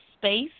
space